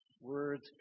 Words